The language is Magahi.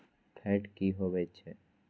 फैट की होवछै?